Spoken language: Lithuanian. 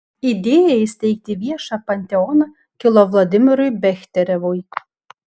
idėja įsteigti viešą panteoną kilo vladimirui bechterevui